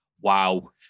Wow